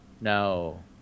No